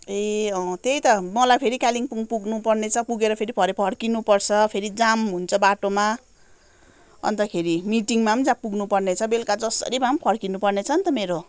ए अँ त्यही त मलाई फेरि कालिम्पोङ पुग्नुपर्ने छ पुगेर फेरि भरे फर्किनु पर्छ फेरि जाम हुन्छ बाटोमा अन्तखेरि मिटिङमा पनि पुग्नु पर्नेछ बेल्का जसरी भए पनि फर्किनु पर्नेछ नि त मेरो